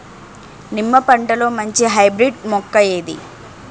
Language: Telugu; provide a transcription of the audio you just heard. నిమ్మ పంటలో మంచి హైబ్రిడ్ మొక్క ఏది?